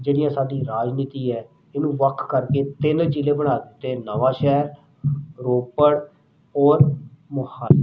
ਜਿਹੜੀਆਂ ਸਾਡੀ ਰਾਜਨੀਤੀ ਹੈ ਇਹਨੂੰ ਵੱਖ ਕਰਕੇ ਤਿੰਨ ਜ਼ਿਲ੍ਹੇ ਬਣਾ ਦਿੱਤੇ ਨਵਾਂ ਸ਼ਹਿਰ ਰੋਪੜ ਔਰ ਮੋਹਾਲੀ